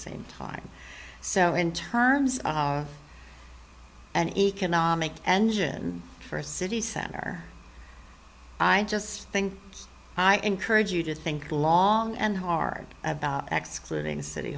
same time so in terms of an economic engine for a city center i just think i encourage you to think long and hard about excluding city